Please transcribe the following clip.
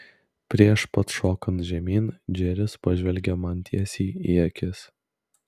prieš pat šokant žemyn džeris pažvelgė man tiesiai į akis